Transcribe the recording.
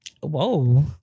Whoa